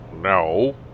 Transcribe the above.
No